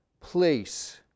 place